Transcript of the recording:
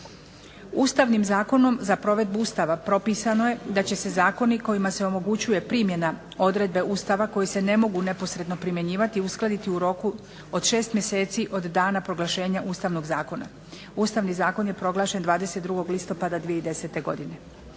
Ustavnim zakonom za provedbu Ustava propisano je da će se zakoni kojima se omogućuje primjena odredbe Ustava koji se ne mogu neposredno primjenjivati, uskladiti u roku od 6 mjeseci od dana proglašenja ustavnog zakona. Ustavni zakon je proglašen 22. listopada 2010. godine.